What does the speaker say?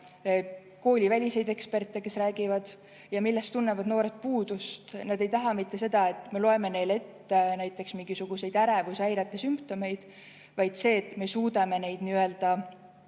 kooliväliseid eksperte, kes räägivad. Ja millest tunnevad noored puudust, on see, et nad ei taha mitte seda, et me loeme neile ette näiteks mingisuguseid ärevushäirete sümptomeid, vaid et me suudame neid nii-öelda